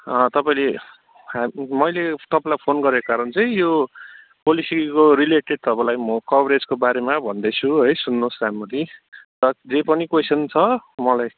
तपाईँले मैले तपाईँलाई फोन गरेको कारण चाहिँ यो पोलिसीको रिलेटेड तपाईँलाई म कभरेजको बारेमा भन्दैछु है सुन्नुहोस् राम्ररी र जे पनि क्वैसन छ मलाई